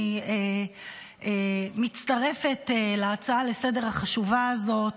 אני מצטרפת להצעה לסדר-היום החשובה הזאת.